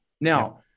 Now